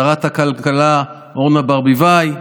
שרת הכלכלה אורנה ברביבאי,